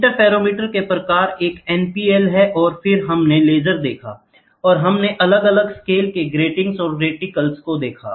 interferometer के प्रकार एक NPL हैं और फिर हमने लेजर देखा और हमने अलग अलग स्केल के ग्रीटिंग और रेटिकल्स को देखा